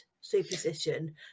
superstition